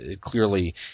clearly